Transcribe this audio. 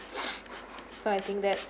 so I think that